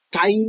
Time